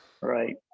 right